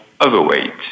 overweight